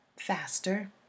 faster